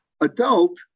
adult